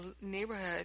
neighborhood